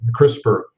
CRISPR